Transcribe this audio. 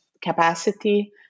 capacity